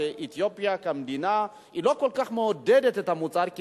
אתיופיה כמדינה לא כל כך מעודדת את המוצר כי